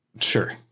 Sure